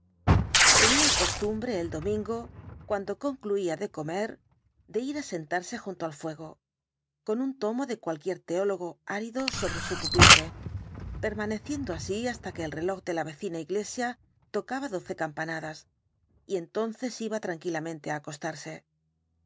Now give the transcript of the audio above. tenía costumbre el domingo cuando concluía de comer de ir á sentarse junto al fuego con un tomo de cualquier teólogo árido sobre su pupitre permaneciendo así hasta que el reloj de la vecina iglesia tocaba doce campanadas y entonces iba tranquilamente á acostarse